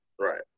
Right